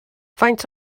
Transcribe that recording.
faint